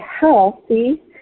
healthy